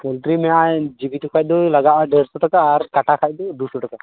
poultry ᱢᱮᱱᱟᱜᱼᱟ ᱛᱮᱠᱷᱟᱱ ᱫᱚ ᱞᱟᱜᱟᱜᱼᱟ ᱰᱮᱲᱥᱚ ᱴᱟᱠᱟ ᱟᱨ ᱠᱟᱴᱟ ᱠᱷᱟᱱ ᱫᱚ ᱫᱩᱥᱚ ᱴᱟᱠᱟ